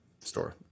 store